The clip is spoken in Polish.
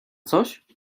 coś